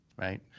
right